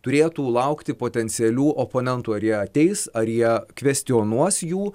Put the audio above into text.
turėtų laukti potencialių oponentų ar jie ateis ar jie kvestionuos jų